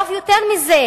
ואף יותר מזה,